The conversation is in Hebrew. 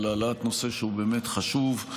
על העלאת נושא שהוא באמת חשוב,